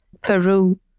Peru